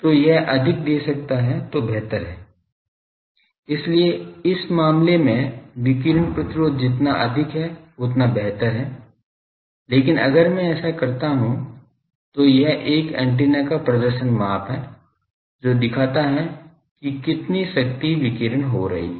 तो यह अधिक दे सकता है तो बेहतर है इसलिए इस मामले में विकिरण प्रतिरोध जितना अधिक है उतना बेहतर है लेकिन अगर मैं ऐसा करता हूं तो यह एक ऐन्टेना का प्रदर्शन माप है जो दिखता है की कितनी शक्ति विकीर्ण हो सकती है